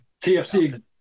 TFC